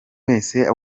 wese